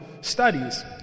studies